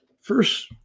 first